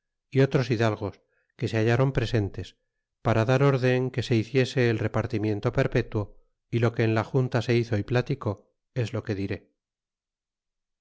y otros hidalgos que se hallron presentes para dar órden que se hiciese el repartimiento perpetuo y lo que en la junta se hizo y platicó es lo que airé